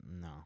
No